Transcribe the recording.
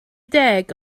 deg